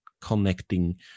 connecting